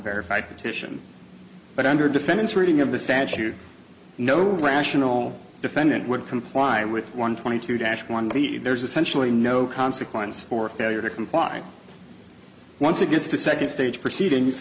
verified petition but under defendant's wording of the statute no rational defendant would comply with one twenty two dash one b there's essentially no consequence for failure to comply once it gets to second stage proceedings